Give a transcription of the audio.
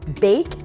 bake